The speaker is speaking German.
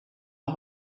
der